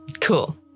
Cool